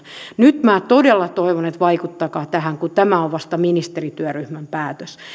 nyt minä todella toivon että vaikuttakaa tähän kun tämä on vasta ministerityöryhmän päätös